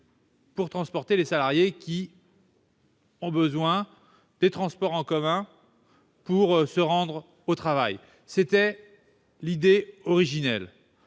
à transporter les salariés qui ont besoin des transports en commun pour se rendre au travail. Si l'on ne se